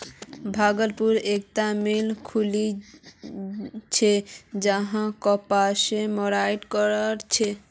भागलपुरत एकता मिल खुलील छ जहां कपासक मर्सराइज कर छेक